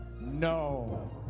No